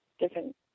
different